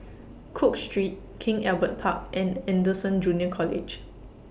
Cook Street King Albert Park and Anderson Junior College